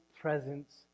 presence